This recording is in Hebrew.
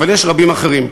אבל יש רבים אחרים,